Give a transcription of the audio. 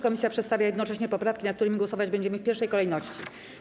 Komisja przedstawia jednocześnie poprawki, nad którymi głosować będziemy w pierwszej kolejności.